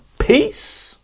Peace